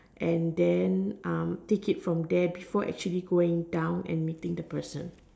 and then take it from there before actually going down and meeting the person